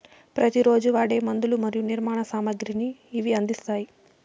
ప్రతి రోజు వాడే మందులు మరియు నిర్మాణ సామాగ్రిని ఇవి అందిస్తాయి